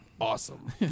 awesome